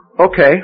Okay